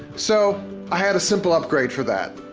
so i had a simple upgrade for that.